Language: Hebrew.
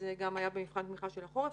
שגם זה היה במבחן תמיכה של החורף,